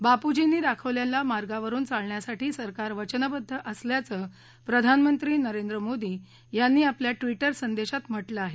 बापूजींनी दाखवलेल्या मार्गावरुन चालण्यासाठी सरकार वचनबद्द असल्याचं प्रधानमंत्री नरेंद्र मोदी यांनी आपल्या ट्विटर संदेशात म्हटलं आहे